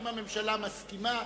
אם הממשלה מסכימה,